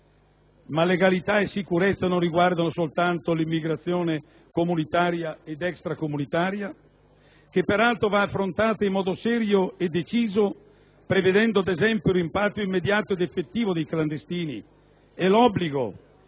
Ma legalità e sicurezza non riguardano soltanto l'immigrazione comunitaria ed extracomunitaria, che peraltro va affrontata in modo serio e deciso, prevedendo ad esempio il rimpatrio immediato ed effettivo dei clandestini e l'obbligo,